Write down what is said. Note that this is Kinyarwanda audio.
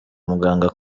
muganga